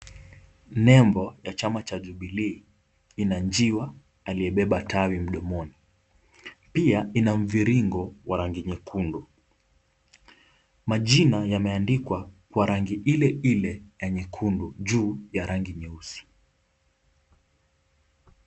Nembo ya chama cha Jubilee ina njiwa aliyebeba tawi mdomoni pia inamviringo wa rangi nyekundu, majina yameandikwa Kwa rangi ile ile ya nyekundu juu ya rangi nyeusi.